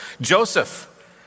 Joseph